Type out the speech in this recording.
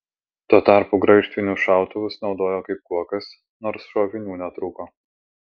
tuo tarpu graižtvinius šautuvus naudojo kaip kuokas nors šovinių netrūko